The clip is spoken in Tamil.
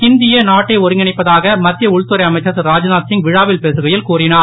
ஹிந்தியே நாட்டை ஒருங்கிணைப்பதாக மத்திய உள்துறை அமைச்சர் திருராத்நாத் சிங் விழாவில் பேசுகையில் கூறிஞர்